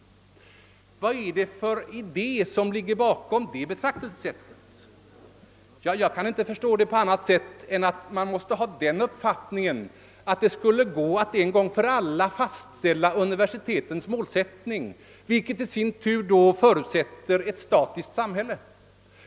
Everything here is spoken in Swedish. Vad är det för idé som ligger bakom det betraktelsesättet? Jag kan inte förstå saken på annat sätt än att man måste ha den uppfattningen, att det skulle gå att en gång för alla fastställa universitetens målsättning, vilket i sin tur förutsätter ett statiskt samhälle.